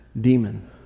demon